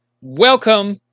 welcome